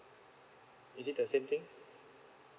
is it the same thing